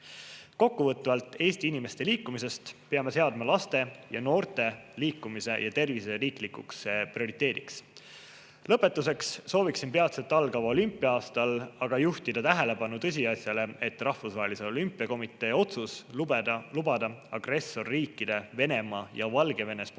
areneks. Kokkuvõtvalt Eesti inimeste liikumisest: me peame seadma laste ja noorte liikumise ja tervise riiklikuks prioriteediks. Lõpetuseks sooviksin peatselt algava olümpia-aasta [eel] aga juhtida tähelepanu tõsiasjale, et Rahvusvahelise Olümpiakomitee otsus lubada agressorriikide Venemaa ja Valgevene sportlastel